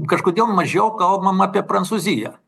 kažkodėl mažiau kalbam apie prancūziją